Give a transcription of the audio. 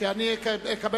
אדוני